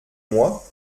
moi